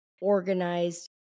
organized